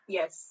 yes